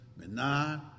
menah